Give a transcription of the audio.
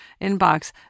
inbox